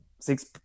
six